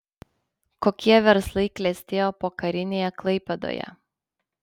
kokie verslai klestėjo pokarinėje klaipėdoje